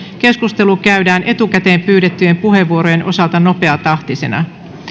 keskustelu käydään etukäteen pyydettyjen puheenvuorojen osalta nopeatahtisena